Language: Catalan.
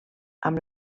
amb